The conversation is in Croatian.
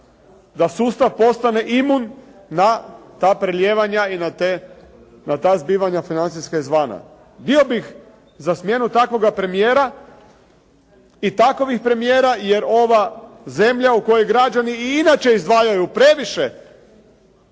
da sustav postane imun na ta prelijevanja i na te, na ta zbivanja financijska izvana. Bio bih za smjenu takvoga premijera i takovih premijera jer ova zemlja u kojoj građani i inače izdvajaju previše